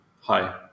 Hi